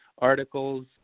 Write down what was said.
articles